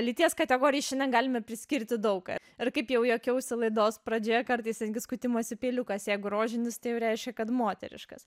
lyties kategorijai šiandien galime priskirti daug ką ar kaip jau juokiausi laidos pradžioje kartais netgi skutimosi peiliukas jei rožinis tai jau reiškia kad moteriškas